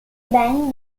ben